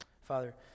Father